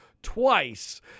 twice